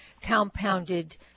compounded